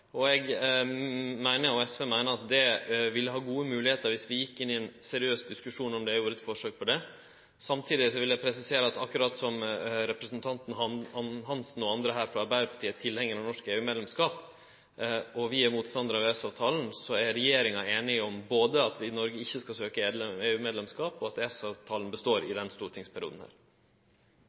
lag. Eg og SV meiner at vi ville ha gode moglegheiter dersom vi gjekk inn i ein seriøs diskusjon og gjorde eit forsøk på det. Samtidig vil eg presisere at akkurat som representanten Hansen og andre her frå Arbeidarpartiet er tilhengarar av norsk EU-medlemskap, og vi er motstandarar av EØS-avtalen, er regjeringa einig om både at vi i Noreg ikkje skal søkje EU-medlemskap, og at EØS-avtalen består i denne stortingsperioden. Jeg vil si til SVs parlamentariske leder at akkurat den